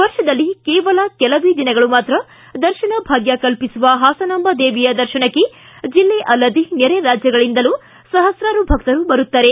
ವರ್ಷದಲ್ಲಿ ಕೇವಲ ಕೆಲವೇ ದಿನಗಳು ಮಾತ್ರ ದರ್ಶನಭಾಗ್ಯ ಕಲ್ಲಿಸುವ ಹಾಸನಾಂಬ ದೇವಿಯ ದರ್ಶನಕ್ಕೆ ಜಿಲ್ಲೆ ಅಲ್ಲದೆ ನೆರೆ ರಾಜ್ಯಗಳಿಂದಲೂ ಸಪಸ್ತಾರು ಭಕ್ತರು ಬರುತ್ತಾರೆ